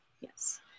yes